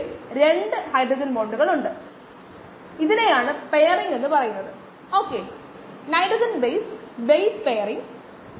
അതിനാൽ ഞാൻ NIR സ്പെക്ട്രോസ്കോപ്പിയിൽ പ്രവർത്തിക്കുകയും അതിനായി ഒരു രീതി വികസിപ്പിക്കുകയും ചെയ്തു ഇത് വ്യവസായത്തിന് വളരെയധികം ഗുണം ചെയ്തു